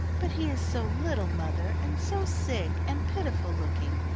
but he is so little, mother, and so sick and pitiful looking,